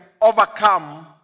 overcome